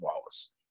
Wallace